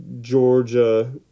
Georgia